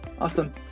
awesome